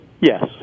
Yes